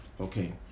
Okay